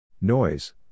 Noise